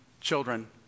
children